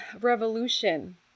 revolution